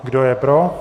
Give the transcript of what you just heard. Kdo je pro?